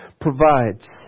provides